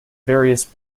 various